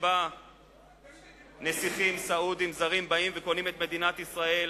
שבה נסיכים סעודים זרים באים וקונים את מדינת ישראל,